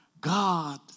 God